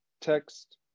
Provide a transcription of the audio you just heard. text